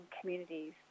communities